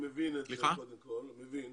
אוקיי, אז תגיד גם אתה כמה דברים, בבקשה.